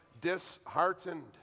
disheartened